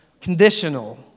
conditional